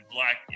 Black